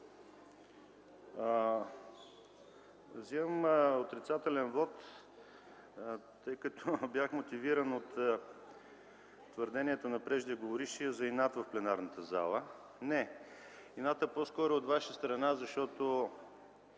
Взимам отрицателен вот, тъй като бях мотивиран от твърденията на преждеговорившия за инат в пленарната зала. Не! Инатът по-скоро е от Ваша страна, защото